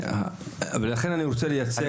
ולכן אני רוצה לייצג.